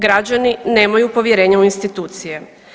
Građani nemaju povjerenja u institucije.